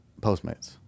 Postmates